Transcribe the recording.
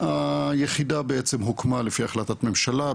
היחידה בעצם הוקמה לפי החלטת ממשלה,